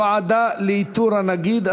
ועדה לאיתור הנגיד),